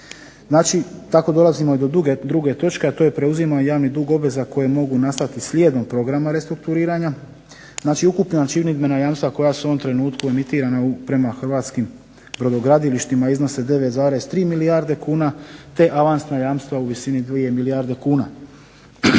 Znači tako dolazimo i do druge točke, a to je …/Govornik se ne razumije./… javni dug obveza koje mogu nastati slijedom programa restrukturiranja, znači ukupna činidbena jamstva koja su u ovom trenutku emitirana prema hrvatskim brodogradilištima, iznose 9,3 milijarde kuna, te avansna jamstva u visini 2 milijarde kuna.